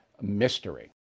mystery